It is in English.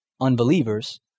unbelievers